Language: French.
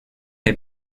est